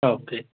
okay